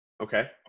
Okay